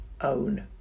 own